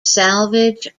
salvage